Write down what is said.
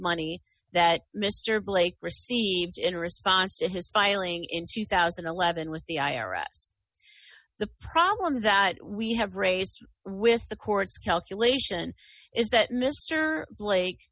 money that mr blake received in response to his filing in two thousand and eleven with the i r s the problem that we have raised with the court's calculation is that mr blake